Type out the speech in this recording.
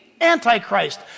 Antichrist